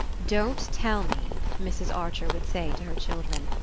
don't tell me, mrs. archer would say to her children,